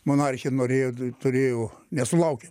monarchė norėjo turėjo nesulaukė